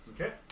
Okay